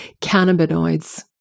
cannabinoids